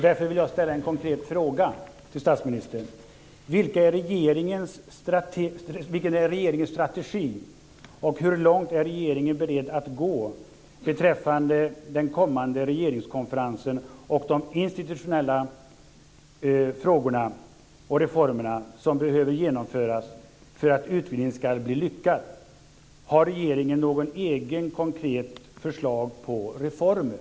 Därför vill jag ställa en konkret fråga till statsministern: Vilken är regeringens strategi och hur långt är regeringen beredd att gå beträffande den kommande regeringskonferensen och de institutionella frågorna och reformerna som behöver göras för att utvidgningen ska bli lyckad? Har regeringen något eget konkret förslag på reformer?